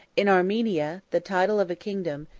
in armenia, the title of a kingdom,